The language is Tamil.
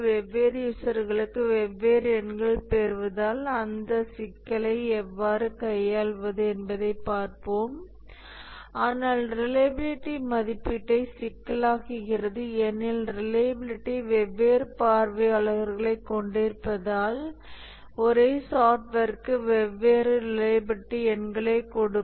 வெவ்வேறு யூசர்களுக்கு வெவ்வேறு எண்கள் பெறுவதால் அந்த சிக்கலை எவ்வாறு கையாள்வது என்பதைப் பார்ப்போம் ஆனால் ரிலையபிலிட்டி மதிப்பீட்டை சிக்கலாக்குகிறது ஏனெனில் ரிலையபிலிட்டி வெவ்வேறு பார்வையாளர்களைக் கொண்டிருப்பதால் ஒரே சாஃப்ட்வேருக்கு வெவ்வேறு ரிலையபிலிட்டி எண்களைக் கொடுக்கும்